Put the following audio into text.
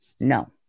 no